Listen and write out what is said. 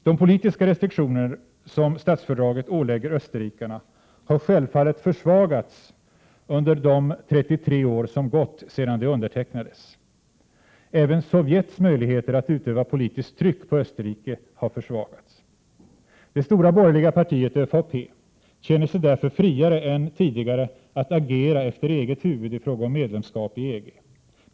De politiska restriktioner som statsfördraget ålägger österrikarna har självfallet försvagats under de 33 år som gått sedan det undertecknades. Även Sovjets möjligheter att utöva politiskt tryck på Österrike har försvagats. Det stora borgerliga partiet, ÖVP, känner sig därför friare än tidigare att agera efter eget huvud i fråga om medlemskap i EG.